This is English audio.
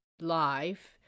life